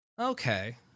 Okay